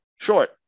short